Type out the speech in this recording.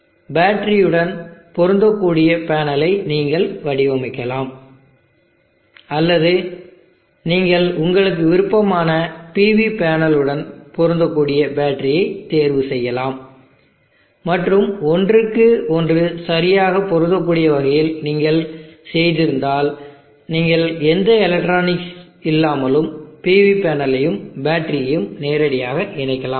எனவே நீங்கள் விரும்பும் பேட்டரியுடன் பொருந்தக்கூடிய பேனலை நீங்கள் வடிவமைக்கலாம் அல்லது நீங்கள் உங்களுக்கு விருப்பமான PV பேனல் உடன் பொருத்தக்கூடிய பேட்டரியை தேர்வு செய்யலாம் மற்றும் ஒன்றுக்கு ஒன்று சரியாக பொருந்தக்கூடிய வகையில் நீங்கள் செய்திருந்தால் நீங்கள் எந்த எலக்ட்ரானிக்ஸ் இல்லாமலும் PV பேனலையும் பேட்டரியையும் நேரடியாக இணைக்கலாம்